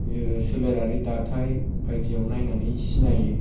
सोलेरारि दाथाय बायदियाव नायनानै सिनायो